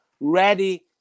ready